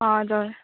हजुर